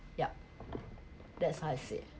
yup that's how I see it